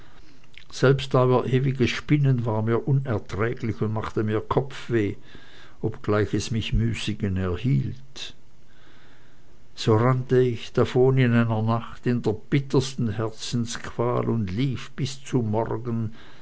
selbst euer ewiges spinnen war mir unerträglich und machte mir kopfweh obgleich es mich müßigen erhielt so rannte ich davon in einer nacht in der bittersten herzensqual und lief bis zum morgen